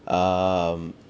um